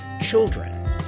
children